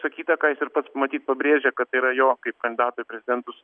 išsakyta ką jis ir pats matyt pabrėžia kad tai yra jo kaip kandidato į prezidentus